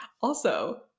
also-